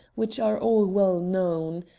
which are all well known.